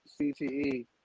CTE